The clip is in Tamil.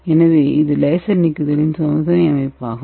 எனவே இது லேசர் நீக்குதலின் சோதனை அமைப்பாகும்